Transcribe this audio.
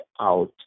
out